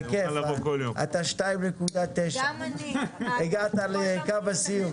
אתה 2.9. הגעת לקו הסיום.